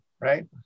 right